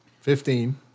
Fifteen